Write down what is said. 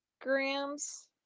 grams